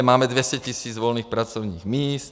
Máme 200 tisíc volných pracovních míst.